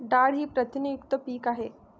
डाळ ही प्रथिनयुक्त पीक आहे